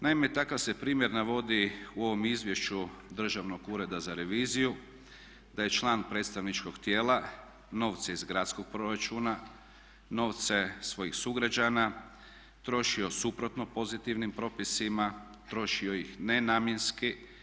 Naime, takav se primjer navodi u ovom Izvješću Državnog ureda za reviziju da je član predstavničkog tijela novce iz gradskog proračuna, novce svojih sugrađana trošio suprotno pozitivnim propisima, trošio ih nenamjenski.